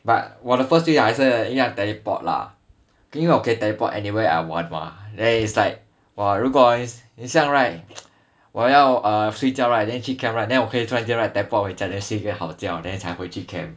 but 我的 the first 还是要 teleport lah 因为我可以 teleport anywhere I want mah then is like !wah! 如果你像 right 我要睡觉 right then 去 camp right then 我可以突然间 teleport 回家睡个好觉 then 才回去 camp